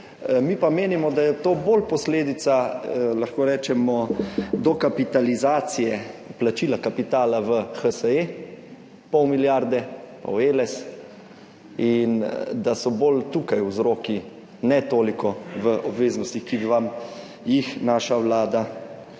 mi pa menimo, da je to bolj posledica, lahko rečemo, dokapitalizacije, vplačila kapitala v HSE, pol milijarde, pa v ELES in da so bolj tukaj vzroki, ne toliko v obveznostih, ki bi vam jih naša Vlada,